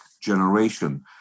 generation